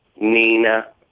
Nina